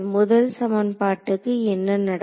முதல் சமன்பாட்டுக்கு என்ன நடக்கும்